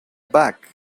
back